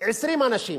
20 אנשים